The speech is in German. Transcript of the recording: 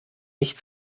nicht